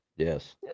yes